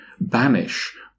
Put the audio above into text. banish